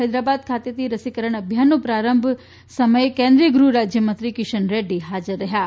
હૈદરાબાદ ખાતેથી રસીકરણ અભિયાનના પ્રારંભ સમયે કેન્દ્રિય ગૃહ રાજ્યમંત્રી કિશન રેડ્ડી હાજર રહ્યા હતા